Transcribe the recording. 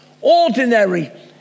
Ordinary